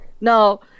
Now